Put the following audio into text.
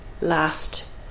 last